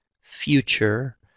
future